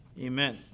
Amen